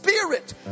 Spirit